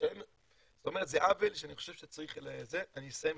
זה עוול שצריך ל- -- אני אסיים.